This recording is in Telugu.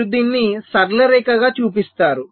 మీరు దీన్ని సరళ రేఖగా చూపిస్తారు